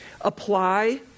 Apply